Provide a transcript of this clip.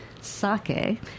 sake